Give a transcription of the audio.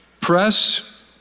Press